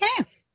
Okay